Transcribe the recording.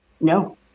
No